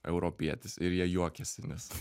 europietis ir jie juokiasi nes